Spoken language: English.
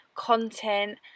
content